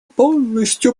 полностью